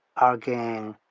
our gang,